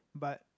but